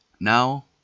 Now